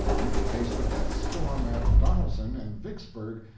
you could face the death-storm at donelson and vicksburg,